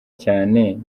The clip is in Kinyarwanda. cyane